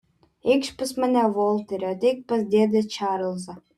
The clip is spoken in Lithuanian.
eikš pas mane volteri ateik pas dėdę čarlzą